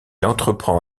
entreprend